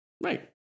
Right